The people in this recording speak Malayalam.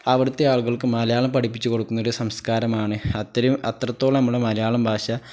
അവിടുത്തെ ആളുകൾക്ക് മലയാളം പഠിപ്പിച്ചു കൊടുക്കുന്ന ഒരു സംസ്കാരമാണ് അത്രയും അത്രത്തോളം നമ്മൾ മലയാളം ഭാഷ